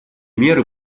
меры